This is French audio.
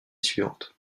suivante